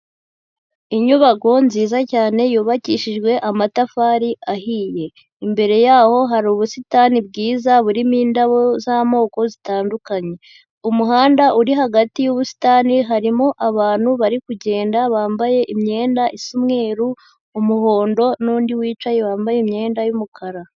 Inyubako nziza cyane yubakishijwe amatafari ahiye, imbere yaho hari ubusitani bwiza burimo indabo z'amoko zitandukanye, umuhanda uri hagati y'ubusitani, harimo abantu bari kugenda bambaye imyenda isa umweru, umuhondo n'undi wicaye, wambaye imyenda y'umukara.